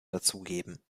dazugeben